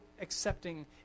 accepting